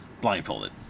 blindfolded